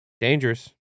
Dangerous